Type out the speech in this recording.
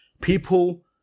people